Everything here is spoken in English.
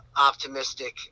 optimistic